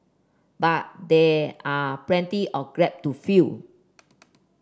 but there are plenty of grep to fill